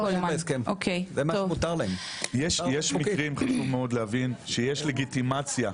יש מקרים, חשוב מאוד להבין, שיש לגיטימציה.